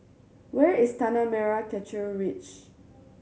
where is Tanah Merah Kechil Ridge